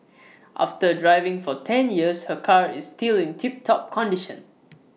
after driving for ten years her car is still in tip top condition